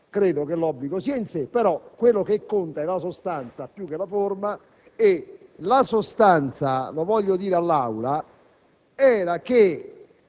credo che l'obbligo sia in sé, ma quello che conta è la sostanza, più che la forma. E la sostanza - lo voglio ricordare all'Aula, signor